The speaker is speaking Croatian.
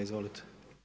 Izvolite.